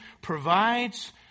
provides